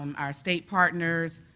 um our state partners,